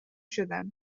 شدن